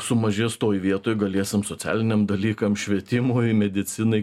sumažės toj vietoj galėsim socialiniam dalykam švietimui medicinai